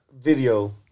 video